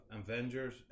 Avengers